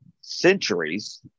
centuries